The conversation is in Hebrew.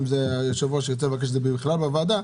ואם היושב-ראש ירצה לבקש את זה בכלל בוועדה,